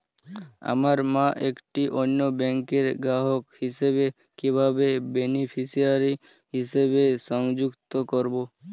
আমার মা একটি অন্য ব্যাংকের গ্রাহক হিসেবে কীভাবে বেনিফিসিয়ারি হিসেবে সংযুক্ত করব?